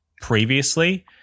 previously